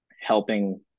helping